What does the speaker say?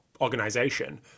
organization